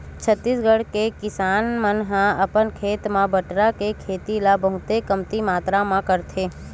छत्तीसगढ़ के किसान मन ह अपन खेत म बटरा के खेती ल बहुते कमती मातरा म करथे